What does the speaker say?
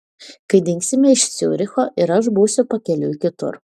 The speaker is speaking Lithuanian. kai dingsime iš ciuricho ir aš būsiu pakeliui kitur